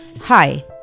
Hi